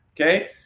Okay